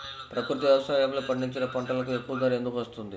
ప్రకృతి వ్యవసాయములో పండించిన పంటలకు ఎక్కువ ధర ఎందుకు వస్తుంది?